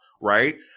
right